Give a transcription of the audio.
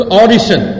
audition